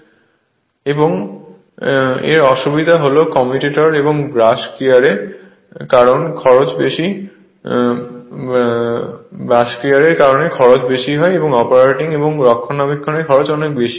slide সময় পড়ুন 2657 এবং এর অসুবিধা হল কমিউটার এবং ব্রাশ গিয়ারের কারণে খরচ বেশি অপারেটিং এবং রক্ষণাবেক্ষণের খরচ বেশি